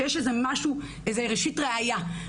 שיש איזה ראשית ראיה.